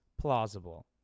plausible